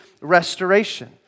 restoration